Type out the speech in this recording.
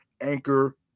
Anchor